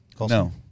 No